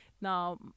Now